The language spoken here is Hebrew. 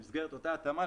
במסגרת אותה התאמה,